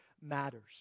matters